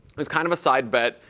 it was kind of a side bet.